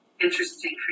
interesting